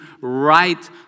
right